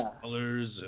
colors